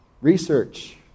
research